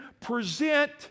present